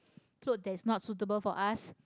clothes that is not suitable for us